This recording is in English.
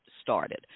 started